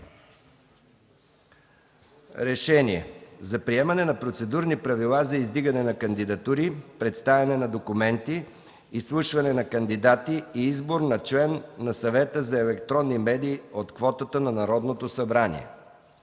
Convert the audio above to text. „РЕШЕНИЕ за приемане на Процедурни правила за издигане на кандидатури, представяне на документи, изслушване на кандидати и избор на член на Съвета за електронни медии от квотата на Народното събрание